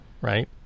right